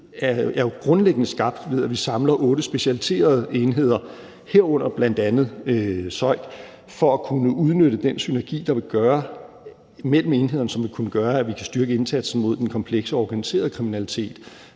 enhed er jo grundlæggende skabt ved, at vi samler otte specialiserede enheder, herunder bl.a. SØIK, for at kunne udnytte den synergi mellem enhederne, som vil kunne gøre, at vi kan styrke indsatsen mod den komplekse og organiserede kriminalitet.